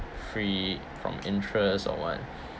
free from interest or what